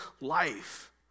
life